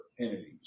entities